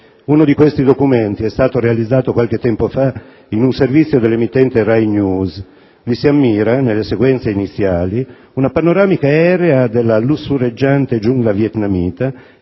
Uno di questi documenti è stato realizzato, qualche tempo fa, in un servizio dell'emittente "Rainews 24": vi si ammira, nelle sequenze iniziali, una panoramica aerea della lussureggiante giungla vietnamita